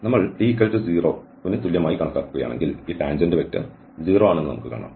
നമ്മൾ ഇത് t0 ന് തുല്യമായി കണക്കാക്കുകയാണെങ്കിൽ ഈ ടാൻജന്റ് വെക്റ്റർ 0 ആണെന്ന് നമുക്ക് കാണാം